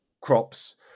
crops